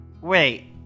wait